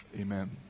Amen